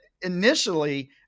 initially